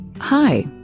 Hi